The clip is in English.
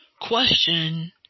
question